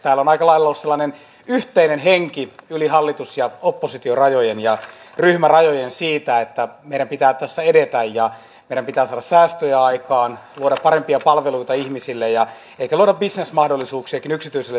täällä on aika lailla ollut sellainen yhteinen henki yli hallitus ja oppositiorajojen ja ryhmärajojen siitä että meidän pitää tässä edetä ja meidän pitää saada säästöjä aikaan luoda parempia palveluita ihmisille ja ehkä luoda bisnesmahdollisuuksiakin yksityiselle sektorille